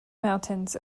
mountains